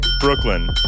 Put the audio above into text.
Brooklyn